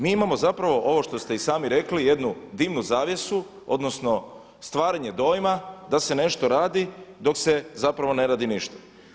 Mi imamo zapravo ovo što ste i sami rekli jednu dimnu zavjesu odnosno stvaranje dojma da se nešto radi dok se zapravo ne radi ništa.